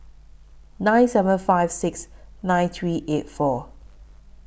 nine seven five six nine three eight four